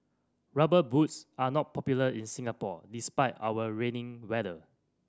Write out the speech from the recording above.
Rubber Boots are not popular in Singapore despite our rainy weather